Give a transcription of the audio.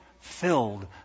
filled